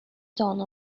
done